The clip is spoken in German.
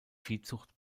viehzucht